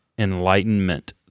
enlightenment